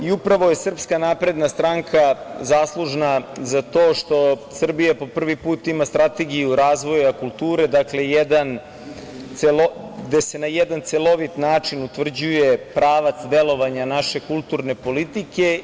I upravo je SNS zaslužna za to što Srbija po prvi put ima strategiju razvoja kulture, gde se na jedan celovit način utvrđuje pravac delovanja naše kulturne politike.